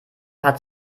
hat